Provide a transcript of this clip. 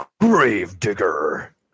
Gravedigger